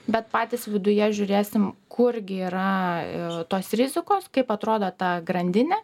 bet patys viduje žiūrėsim kurgi yra tos rizikos kaip atrodo ta grandinė